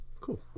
Cool